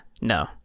No